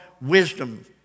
wisdom